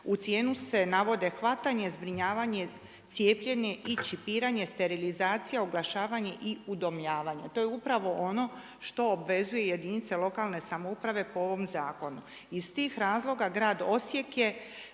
U cijenu se navode hvatanje, zbrinjavanje, cijepljenje i čipiranje, sterilizacija, oglašavanje i udomljavanje. To je upravo ono što obvezuje jedinice lokalne samouprave po ovom zakonu. Iz tih razloga grad Osijek je